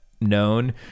known